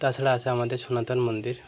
তাছাড়া আছে আমাদের সনাতন মন্দির